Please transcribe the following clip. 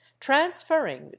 transferring